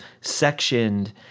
sectioned